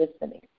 listening